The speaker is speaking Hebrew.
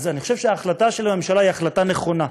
אז אני חושב שההחלטה של הממשלה היא החלטה נכונה,